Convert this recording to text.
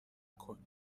کنیم